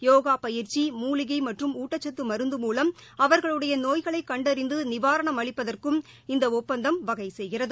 யோகா பயிற்சி மூலிகை மற்றும் ஊட்டச்சத்து மருந்து மூலம் அவர்களுடைய நோய்களை கண்டறிந்து நிவாரணம் அளிப்பதற்கும் இந்த ஒப்பந்தம் வகை செய்கிறது